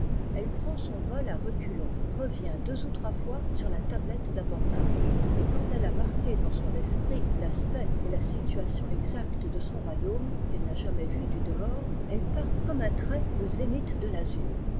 elle prend son vol à reculons revient deux ou trois fois sur la tablette d'abordage et quand elle a marqué dans son esprit l'aspect et la situation exacte de son royaume qu'elle n'a jamais vu du dehors elle part comme un trait au zénith de l'azur